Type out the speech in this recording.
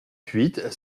huit